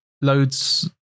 loads